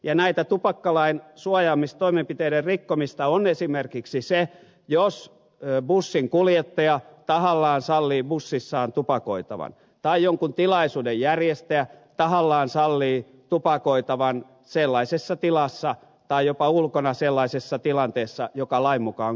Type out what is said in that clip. ja tätä tupakkalain suojaamistoimenpiteiden rikkomista on esimerkiksi se jos bussinkuljettaja tahallaan sallii bussissaan tupakoitavan tai jonkun tilaisuuden järjestäjä tahallaan sallii tupakoitavan sellaisessa tilassa tai jopa ulkona sellaisessa tilanteessa joka lain mukaan on kiellettyä